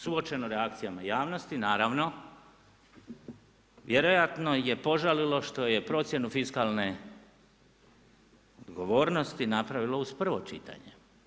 Suočeno reakcijama javnosti naravno vjerojatno je požalilo što je procjenu fiskalne odgovornosti napravilo uz prvo čitanje.